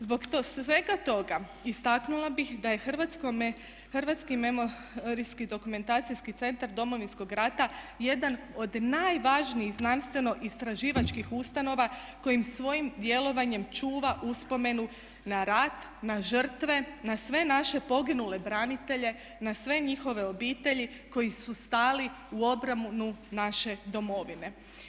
Zbog svega toga istaknula bih da je Hrvatski memorijalni-dokumentacijski centar Domovinskog rata jedan od najvažnijih znanstveno istraživačkih ustanova koji svojim djelovanjem čuva uspomenu na rat, na žrtve, na sve naše poginule branitelje, na sve njihove obitelji koji su stali u obranu naše domovine.